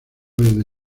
desde